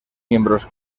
miembros